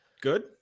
good